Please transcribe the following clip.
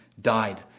died